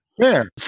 Fair